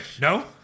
No